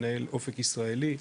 מנהל אופק ישראלי,